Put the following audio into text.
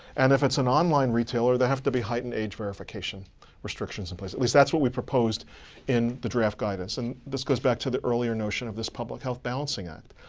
and if it's an online retailer, there have to be height and age verification restrictions in place, at least that's what we proposed in the draft guidance. and this goes back to the earlier notion of this public health balancing act.